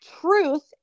Truth